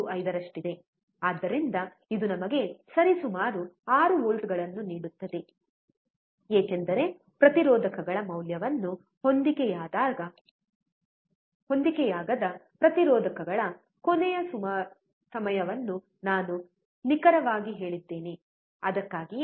5 ರಷ್ಟಿದೆ ಆದ್ದರಿಂದ ಇದು ನಮಗೆ ಸರಿಸುಮಾರು 6 ವೋಲ್ಟ್ಗಳನ್ನು ನೀಡುತ್ತದೆ ಏಕೆಂದರೆ ಪ್ರತಿರೋಧಕಗಳ ಮೌಲ್ಯವನ್ನು ಹೊಂದಿಕೆಯಾಗದ ಪ್ರತಿರೋಧಕಗಳ ಕೊನೆಯ ಸಮಯವನ್ನು ನಾನು ನಿಖರವಾಗಿ ಹೇಳಿದ್ದೇನೆ ಅದಕ್ಕಾಗಿಯೇ